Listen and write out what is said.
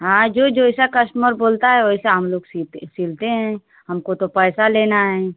हाँ जो जैसा कस्टमर बोलता है वैसा हम लोग सीते सिलते हैं हमको तो पैसा लेना है